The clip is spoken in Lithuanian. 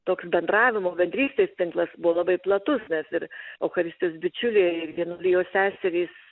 toks bendravimo bendrystės tinklas buvo labai platus nes ir eucharistijos bičiuliai ir vienuolijos seserys